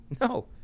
No